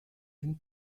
and